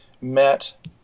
met